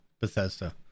Bethesda